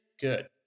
good